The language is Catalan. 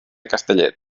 castellet